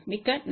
மிக்க நன்றி